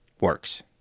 works